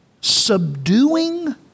subduing